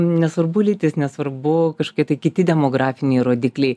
nesvarbu lytis nesvarbu kažkokie tai kiti demografiniai rodikliai